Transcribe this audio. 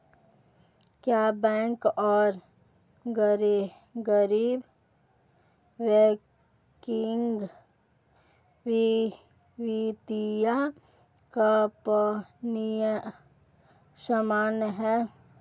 क्या बैंक और गैर बैंकिंग वित्तीय कंपनियां समान हैं?